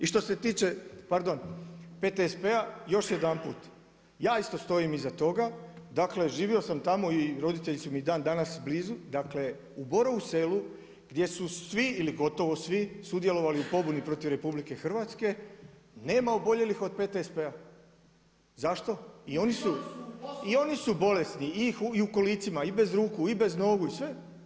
I što se tiče PTSP-a još jedanput, ja isto stojim iza toga, dakle živio sam tamo i roditelji su mi i dan danas blizu, dakle u Borovo Selu gdje su svi ili gotovo svi sudjelovali u pobuni protiv RH nema oboljelih od PTSP-a. zašto? … [[Upadica se ne razumije.]] i oni su bolesni i u kolicima i bez ruku i bez nogu i sve.